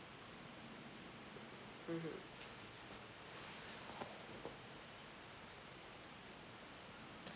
mmhmm